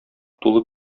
тулы